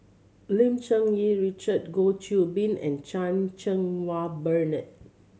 Lim Cherng Yih Richard Goh Qiu Bin and Chan Cheng Wah Bernard